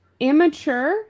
amateur